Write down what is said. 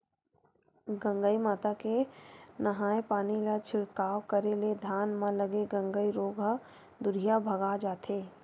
गंगई माता के नंहाय पानी ला छिड़काव करे ले धान म लगे गंगई रोग ह दूरिहा भगा जथे